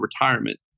retirement